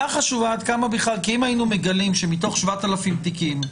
אם היינו מגלים שמתוך 7,000 תיקים,